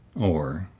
or,